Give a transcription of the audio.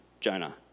Jonah